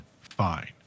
fine